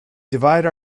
divide